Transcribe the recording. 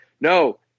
No